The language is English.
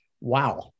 wow